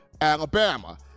Alabama